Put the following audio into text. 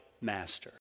master